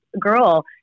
girl